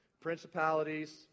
principalities